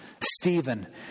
Stephen